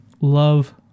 love